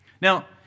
Now